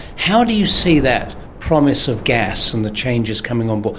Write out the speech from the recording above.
how do you see that promise of gas and the changes coming on board?